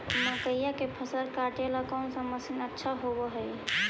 मकइया के फसल काटेला कौन मशीन अच्छा होव हई?